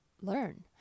learn